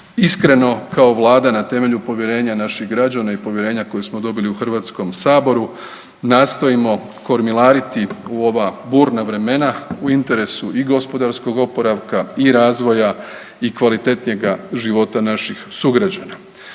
iskreno kao vlada na temelju povjerenja naših građana i povjerenja koje smo dobili u HS nastojimo kormilariti u ova burna vremena u interesu i gospodarskog oporavka i razvoja i kvalitetnijega života naših sugrađana.